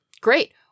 great